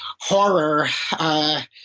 horror